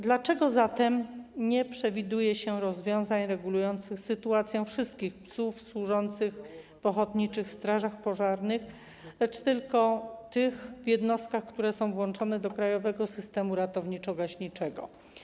Dlaczego zatem nie przewiduje się rozwiązań regulujących sytuację wszystkich psów służących w ochotniczych strażach pożarnych, lecz tylko psów w tych jednostkach, które są włączone do krajowego systemu ratowniczo-gaśniczego?